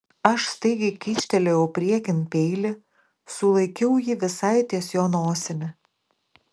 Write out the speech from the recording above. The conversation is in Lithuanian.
aš staigiai kyštelėjau priekin peilį sulaikiau jį visai ties jo nosimi